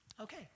Okay